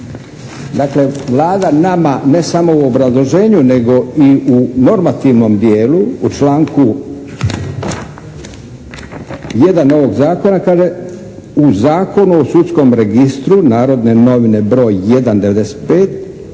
Dakle, Vlada nama ne samo u obrazloženju nego i u normativnom dijelu u članku 1. ovog zakona kaže u Zakonu o sudskom registru "Narodne novine" br. 1/95.,